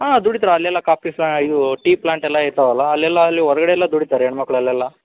ಹಾಂ ದುಡಿತಾರೆ ಅಲ್ಲೆಲ್ಲ ಕಾಫಿ ಇದು ಟೀ ಪ್ಲಾಂಟೆಲ್ಲ ಇರ್ತವಲ್ಲ ಅಲ್ಲೆಲ್ಲ ಅಲ್ಲಿ ಹೊರ್ಗಡೆಯಲ್ಲ ದುಡಿತಾರೆ ಹೆಣ್ಮಕ್ಳು ಅಲ್ಲೆಲ್ಲ